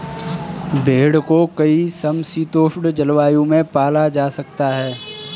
भेड़ को कई समशीतोष्ण जलवायु में पाला जा सकता है